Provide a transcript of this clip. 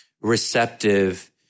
receptive